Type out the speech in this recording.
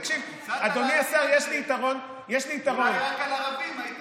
הצעת להחיל את זה, אולי רק על ערבים, היית מוכן.